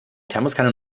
thermoskanne